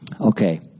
Okay